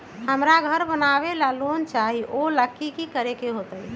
हमरा घर बनाबे ला लोन चाहि ओ लेल की की करे के होतई?